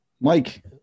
Mike